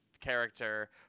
character